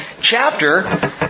chapter